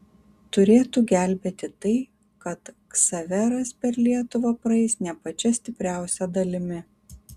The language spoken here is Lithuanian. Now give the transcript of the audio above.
turėtų gelbėti tai kad ksaveras per lietuvą praeis ne pačia stipriausia dalimi